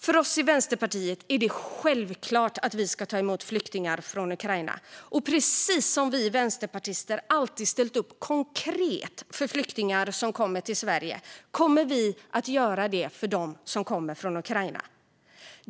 För oss i Vänsterpartiet är det självklart att vi ska ta emot flyktingar från Ukraina, och precis som vi vänsterpartister alltid ställt upp konkret för flyktingar som kommer till Sverige kommer vi att göra det för dem som kommer från Ukraina.